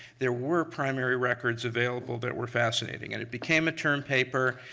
there were primary records available that were fascinating. and it became a term paper.